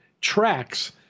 tracks